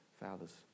Father's